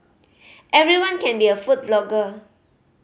everyone can be a food blogger